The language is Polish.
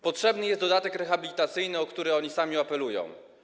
Potrzebny jest dodatek rehabilitacyjny, o który one same apelują.